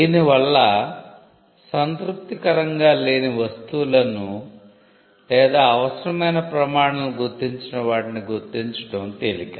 దీని వాళ్ళ సంతృప్తికరంగా లేని వస్తువులను లేదా అవసరమైన ప్రమాణాలను గుర్తించని వాటిని గుర్తించడం తేలిక